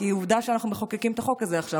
כי עובדה שאנחנו מחוקקים את החוק הזה עכשיו,